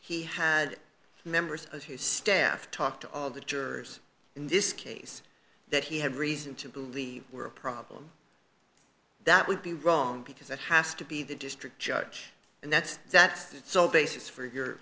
he had members of his staff talk to all of the jurors in this case that he had reason to believe were a problem that would be wrong because it has to be the district judge and that's that so basis for your